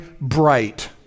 bright